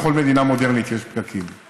בכל מדינה מודרנית יש פקקים.